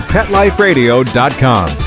PetLifeRadio.com